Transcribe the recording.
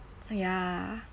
uh ya